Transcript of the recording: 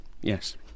yes